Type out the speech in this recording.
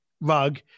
rug